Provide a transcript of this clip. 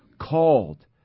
called